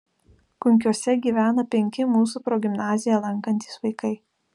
kunkiuose gyvena penki mūsų progimnaziją lankantys vaikai